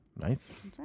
nice